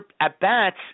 at-bats